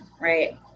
right